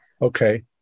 Okay